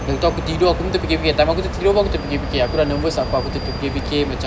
time tu aku tidur aku terfikir-fikir time aku tertidur pun aku terfikir-fikir aku dah nervous sampai aku terfikir-fikir macam